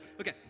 Okay